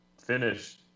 finish